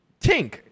Tink